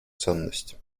ценность